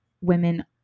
women